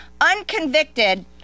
unconvicted